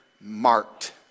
marked